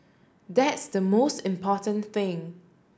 that's the most important thing